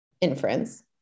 inference